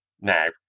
now